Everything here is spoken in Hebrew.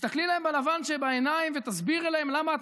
תסתכלי להן בלבן שבעיניים ותסבירי להן למה את